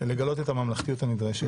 לגלות את הממלכתיות הנדרשת.